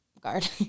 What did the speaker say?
guard